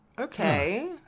Okay